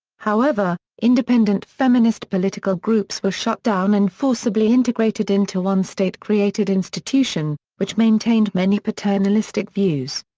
however, independent feminist political groups were shut down and forcibly integrated into one state-created institution, which maintained many paternalistic views.